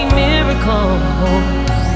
miracles